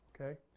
okay